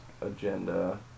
agenda